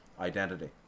identity